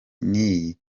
n’iyi